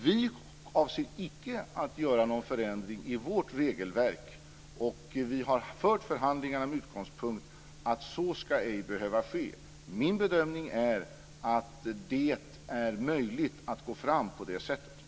Vi avser icke att göra någon förändring i vårt regelverk, och vi har fört förhandlingarna med utgångspunkt att så ej ska behöva ske. Min bedömning är att det är möjligt att gå fram på det sättet.